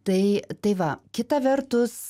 tai tai va kita vertus